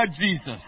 Jesus